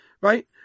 right